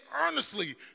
earnestly